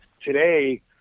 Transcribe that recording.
today